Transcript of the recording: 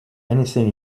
anything